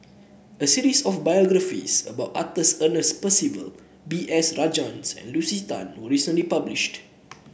a series of biographies about Arthur Ernest Percival B S Rajhans and Lucy Tan was recently published